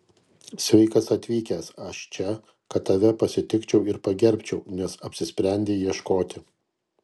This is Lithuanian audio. sveikas atvykęs aš čia kad tave pasitikčiau ir pagerbčiau nes apsisprendei ieškoti